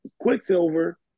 Quicksilver